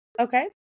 Okay